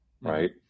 right